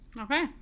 Okay